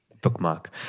Bookmark